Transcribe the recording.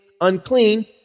unclean